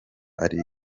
ari